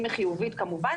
אם היא חיובית כמובן,